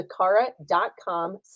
Sakara.com